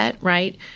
right